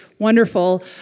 wonderful